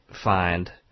find